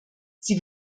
sie